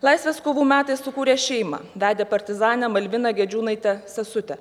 laisvės kovų metais sukūrė šeimą vedė partizanę malviną gedžiūnaitę sesutę